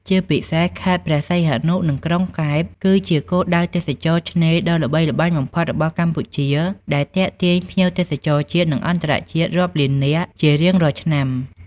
ជាពិសេសខេត្តព្រះសីហនុ និងក្រុងកែប គឺជាគោលដៅទេសចរណ៍ឆ្នេរដ៏ល្បីល្បាញបំផុតរបស់កម្ពុជា ដែលទាក់ទាញភ្ញៀវទេសចរជាតិ និងអន្តរជាតិរាប់លាននាក់ ជារៀងរាល់ឆ្នាំ។